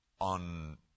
on